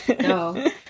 no